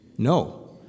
No